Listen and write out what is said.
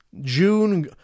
june